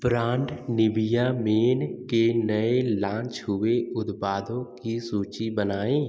brand Nivea Men के नये launch हुए उत्पादों की सूची बनाएँ